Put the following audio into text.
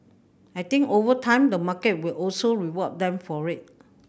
I think over time the market will also reward them for it